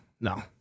No